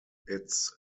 its